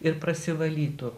ir prasivalytų